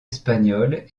espagnole